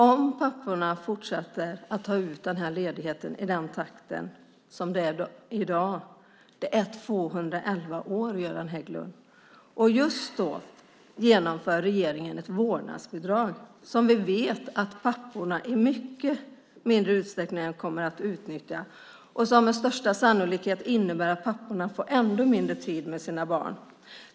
Om papporna fortsätter att ta ut ledigheten i dagens takt är det fråga om 211 år, Göran Hägglund. Just då inför regeringen ett vårdnadsbidrag som vi vet att papporna i mycket mindre utsträckning kommer att utnyttja. Med största sannolikhet kommer det att innebära att papporna får ännu mindre tid med sina barn.